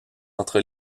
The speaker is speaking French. entre